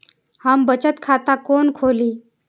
हम बचत खाता कोन खोली?